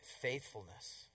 faithfulness